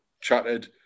chatted